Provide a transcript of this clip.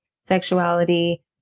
sexuality